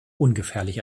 ungefährlich